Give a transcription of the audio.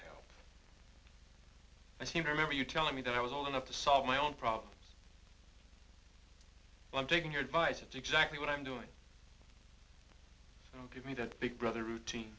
maybe i seem to remember you telling me that i was old enough to solve my own problems i'm taking your advice and exactly what i'm doing give me that big brother routine